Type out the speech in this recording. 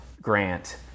Grant